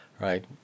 right